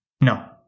no